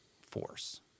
force